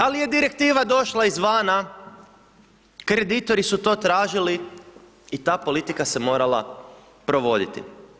Ali je direktiva došla izvana, kreditori su to tražili, i ta politika se morala provoditi.